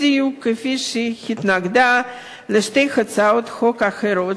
בדיוק כפי שהיא התנגדה לשתי הצעות חוק אחרות,